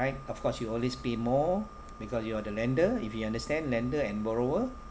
of course you always pay more because you are the lender if you understand lender and borrower